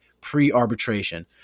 pre-arbitration